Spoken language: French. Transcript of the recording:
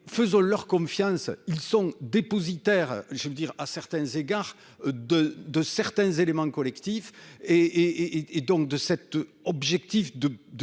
faisons leur confiance, ils sont dépositaires, je veux dire à certains égards de de certains éléments collectif et et donc de cet objectif de,